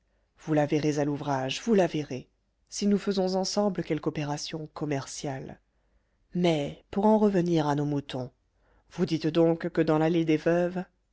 vous la verrez à l'ouvrage vous la verrez si nous faisons ensemble quelque opération commerciale mais pour en revenir à nos moutons vous dites donc que dans l'allée des veuves